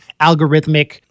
algorithmic